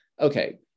okay